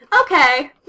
okay